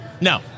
No